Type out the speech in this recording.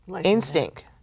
instinct